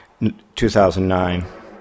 2009